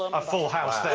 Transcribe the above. a full house there.